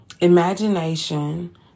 imagination